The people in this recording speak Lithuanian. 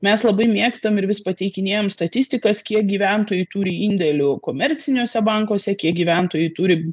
mes labai mėgstam ir vis pateikinėjam statistikas kiek gyventojai turi indėlių komerciniuose bankuose kiek gyventojai turi